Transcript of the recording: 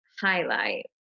highlight